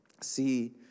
see